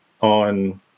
on